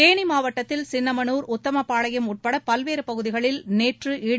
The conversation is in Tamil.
தேனி மாவட்டத்தில் சின்னமனூர் உத்தமபாளையம் உட்பட பல்வேறு பகுதிகளில் நேற்று இடி